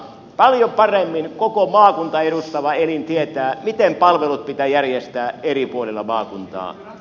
paljon paremmin koko maakuntaa edustava elin tietää miten palvelut pitää järjestää eri puolilla maakuntaa